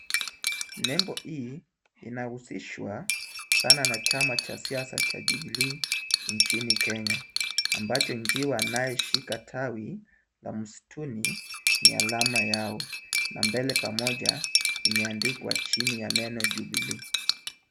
Nembo hii inahusishwa sana na chama cha siasa cha Jubilee nchini Kenya, ambacho njiwa anayeshika tawi la msituni ni alama yao na mbele pamoja imeandikwa chini ya neno Jubilee.